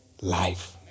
life